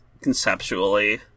conceptually